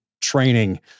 training